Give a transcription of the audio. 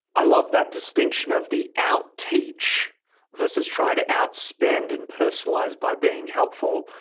i love that distinction of the out teach versus try to outspend and personalized by being helpful.